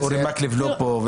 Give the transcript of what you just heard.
אורי מקלב לא פה,